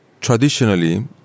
Traditionally